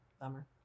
Bummer